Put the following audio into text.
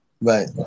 Right